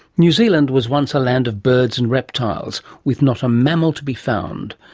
new zealand was once a land of birds and reptiles with not a mammal to be found.